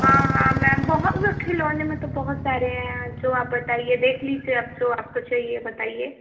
हाँ हाँ मैम बहुत खिलौने में तो बहुत सारे हैं जो आप बताइए देख लीजिए आप जो आपको चाहिए बताइए